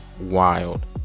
wild